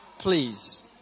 Please